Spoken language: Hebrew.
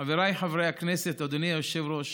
חבריי חברי הכנסת, אדוני היושב-ראש,